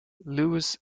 lewis